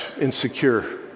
insecure